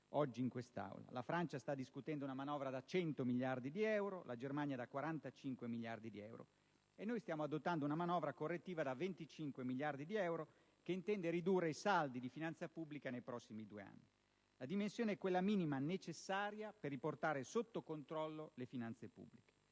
oggi in quest'Aula. La Francia sta discutendo una manovra da 100 miliardi di euro, la Germania da 45 miliardi di euro, e noi stiamo adottando una manovra correttiva da 25 miliardi di euro, che intende ridurre i saldi di finanza pubblica nei prossimi due anni. La dimensione è quella minima necessaria per riportare sotto controllo le finanze pubbliche.